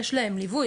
יש להם ליווי,